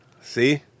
See